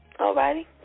Alrighty